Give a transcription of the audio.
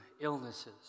illnesses